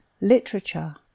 literature